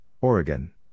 Oregon